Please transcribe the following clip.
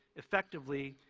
effectively,